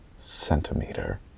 centimeter